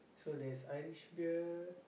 so there's Irish beer